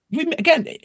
again